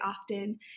often